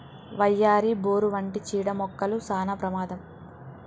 వయ్యారి, బోరు వంటి చీడ మొక్కలు సానా ప్రమాదం